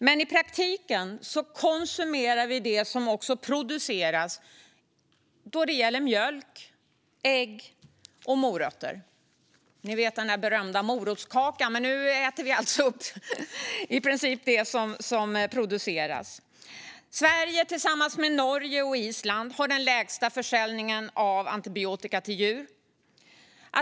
Men i praktiken konsumerar vi också det som produceras när det gäller mjölk, ägg och morötter. Ni vet, den där berömda morotskakan! Men nu äter vi alltså i princip upp det som produceras. Sverige har tillsammans med Norge och Island den lägsta försäljningen av antibiotika till djur.